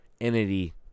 entity